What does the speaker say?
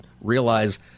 realize